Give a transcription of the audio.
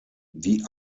die